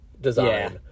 design